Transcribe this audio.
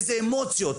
איזה אמוציות,